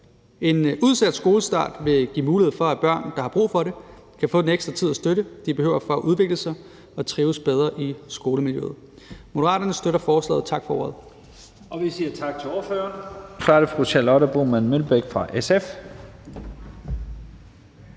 En udsat skolestart vil give mulighed for, at børn, der har brug for det, kan få den ekstra tid og støtte, de behøver for at udvikle sig og trives bedre i skolemiljøet. Moderaterne støtter forslaget. Tak for ordet.